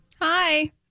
Hi